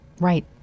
Right